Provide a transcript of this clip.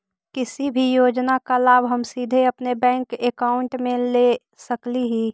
किसी भी योजना का लाभ हम सीधे अपने बैंक अकाउंट में ले सकली ही?